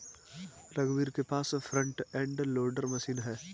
रघुवीर के पास फ्रंट एंड लोडर मशीन है